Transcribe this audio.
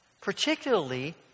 Particularly